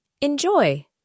Enjoy